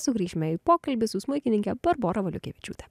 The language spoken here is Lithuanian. sugrįšime į pokalbį su smuikininke barbora valiukevičiūte